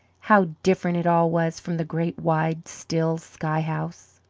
how different it all was from the great wide, still sky house!